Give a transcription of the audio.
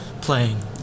playing